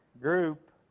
group